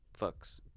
fucks